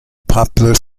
popular